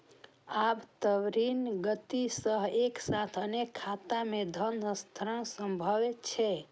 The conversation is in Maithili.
आब त्वरित गति सं एक साथ अनेक खाता मे धन हस्तांतरण संभव छै